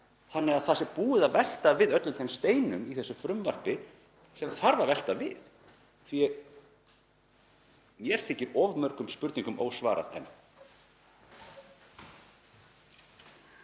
þannig að það sé búið að velta við öllum þeim steinum í þessu frumvarpi sem þarf að velta við. Mér þykir of mörgum spurningum ósvarað enn.